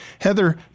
Heather